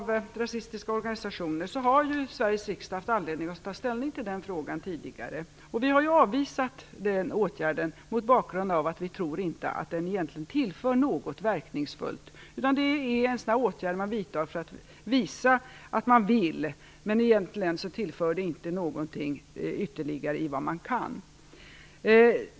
Sveriges riksdag haft anledning att ta ställning till tidigare. Vi har avvisat den åtgärden mot bakgrund av att vi inte tror att den egentligen tillför något verkningsfullt. Det är en sådan åtgärd man vidtar för att visa att man vill, men egentligen tillför den inte någonting ytterligare till vad man kan.